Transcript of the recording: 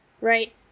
right